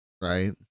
right